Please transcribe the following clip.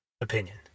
opinion